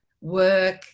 work